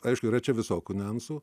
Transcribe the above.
aišku yra čia visokių niuansų